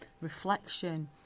Reflection